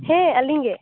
ᱦᱮᱸ ᱟᱹᱞᱤᱧ ᱜᱮ